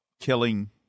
killing